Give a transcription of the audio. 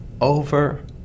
Over